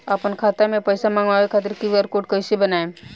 आपन खाता मे पैसा मँगबावे खातिर क्यू.आर कोड कैसे बनाएम?